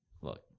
Look